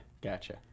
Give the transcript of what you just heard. Gotcha